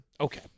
Okay